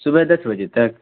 صبح دس بجے تک